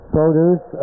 produce